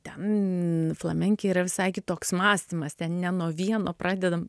ten flamenke yra visai kitoks mąstymas ten nuo vieno pradedam